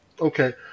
Okay